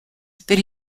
that